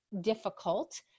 difficult